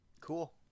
Cool